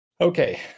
okay